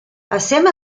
assieme